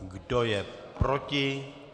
Kdo je proti?